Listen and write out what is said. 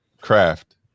craft